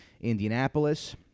Indianapolis